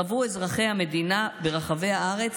חוו אזרחי המדינה ברחבי הארץ